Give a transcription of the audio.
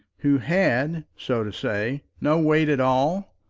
who had, so to say, no weight at all!